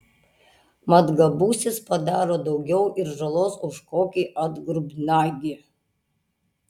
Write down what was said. mat gabusis padaro daugiau ir žalos už kokį atgrubnagį